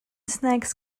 snacks